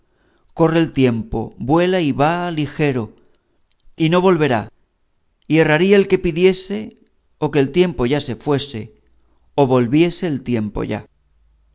corre el tiempo vuela y va ligero y no volverá y erraría el que pidiese o que el tiempo ya se fuese o volviese el tiempo ya